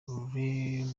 wine